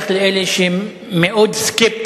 מה שבטוח הוא, שבמצב הנוכחי אי-אפשר להמשיך.